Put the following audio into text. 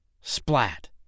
Splat